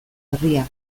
herria